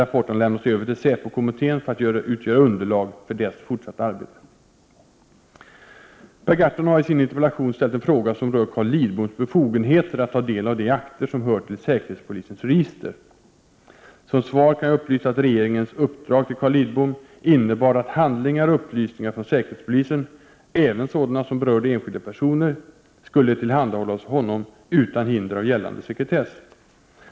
Rapporten har lämnats över till säpokommittén för att utgöra underlag för dess fortsatta arbete. Per Gahrton har i sin interpellation ställt en fråga som rör Carl Lidboms befogenheter att ta del av de akter som hör till säkerhetspolisens register. Som svar kan jag upplysa att regeringens uppdrag till Carl Lidbom innebar att handlingar och upplysningar från säkerhetspolisen — även sådana som berörde enskilda personer — skulle tillhandahållas honom utan hinder av gällande sekretess.